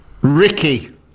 Ricky